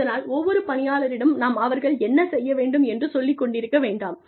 இதனால் ஒவ்வொரு பணியாளரிடமும் நாம் அவர்கள் என்ன செய்ய வேண்டும் என்று சொல்லிக் கொண்டிருக்க வேண்டாம்